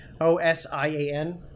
O-S-I-A-N